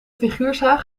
figuurzaag